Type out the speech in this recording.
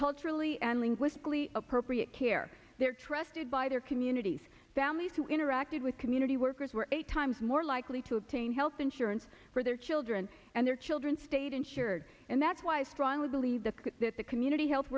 culturally and linguistically appropriate care there trusted by their communities families who interacted with community workers were a times more likely to obtain health insurance for their children and their children stayed insured and that's why i strongly believe that the community health